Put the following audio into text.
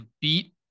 beat